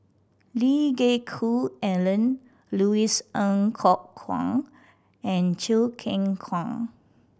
Lee Geck Hoon Ellen Louis Ng Kok Kwang and Choo Keng Kwang